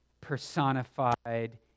personified